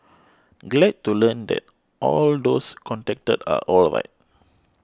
glad to learn that all those contacted are alright